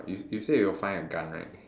you you say you will find a gun right